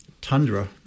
tundra